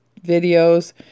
videos